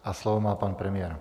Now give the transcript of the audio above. A slovo má pan premiér.